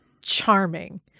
charming